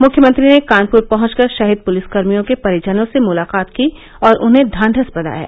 मुख्यमंत्री ने कानपुर पहचकर शहीद पुलिसकर्मियों के परिजनों से मुलाकात की और उन्हें ढांढस बंघाया